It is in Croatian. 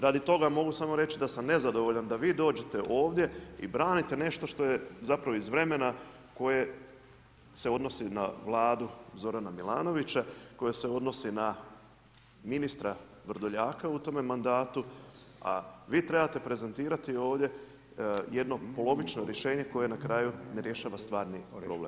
Radi toga, mogu samo reći da sam nezadovoljan da vi dođete ovdje i branite nešto što je zapravo iz vremena koje se odnosi na Vladu Zorana Milanovića koje se odnosi na ministra Vrdoljaka u tome mandatu, a vi trebate prezentirati ovdje jedno polovično rješenje koje na kraju ne rješava stvarni problem.